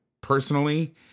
personally